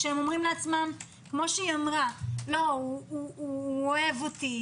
כשהם אומרים לעצמם: הון אוהב אותי,